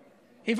אליו.